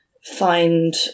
find